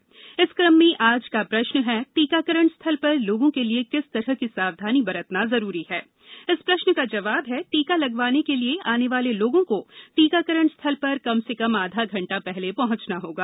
सवाल इस कम में आज का प्रश्न है टीकाकरण स्थल पर लोगों के लिए किस तरह की सावधानी बरतना जरूरी है जवाब इस प्रश्न का जवाब है टीका लगवाने के लिए आने वाले लोगों को टीकाकरण स्थल पर कम से कम आधा घंटा पहले पहंचना होगा